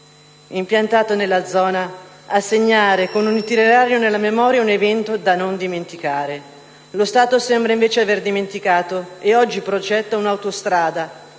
impiantato nella zona a segnare, con un itinerario nella memoria, un evento da non dimenticare, lo Stato sembra invece aver dimenticato e oggi progetta un'autostrada,